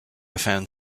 found